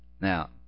Now